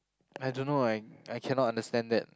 I don't know I I cannot understand that